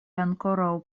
ankoraŭ